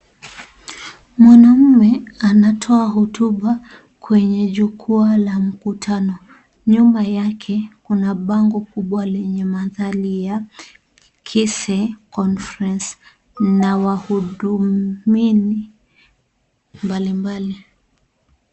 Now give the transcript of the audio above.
Mwanamume, anatoa hotuba kwenye jukwaa la mkutano. Nyuma yake, kuna bango kubwa lenye madhali ya Kise conference na wahudumini mbalimbali.